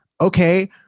Okay